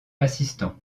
assistant